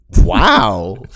wow